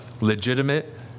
legitimate